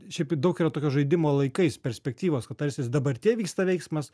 šiaip daug yra tokio žaidimo laikais perspektyvos kad tarsi jis dabartyje vyksta veiksmas